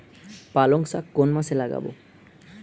পালংশাক কোন মাসে লাগাব?